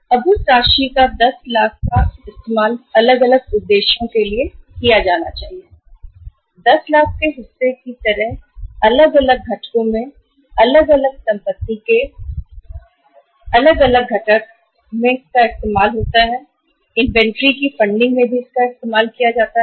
अब उस राशि का 10 लाख का इस्तेमाल अलग अलग उद्देश्यों के लिए किया जाना चाहिए 10 लाख के हिस्से की तरह अलग अलग घटकों में अलग अलग संपत्ति का इस्तेमाल फंडिंग के लिए किया जा सकता है